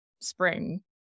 spring